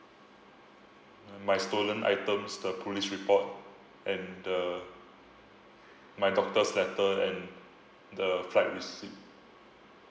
mm my stolen items the police report and the my doctor's letter and the flight receipt